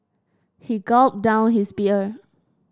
he gulped down his beer